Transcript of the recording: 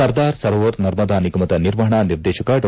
ಸರ್ದಾರ್ ಸರೋವರ್ ನರ್ಮದಾ ನಿಗಮದ ನಿರ್ವಹಣಾ ನಿರ್ದೇಶಕ ಡಾ